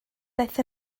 daeth